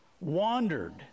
wandered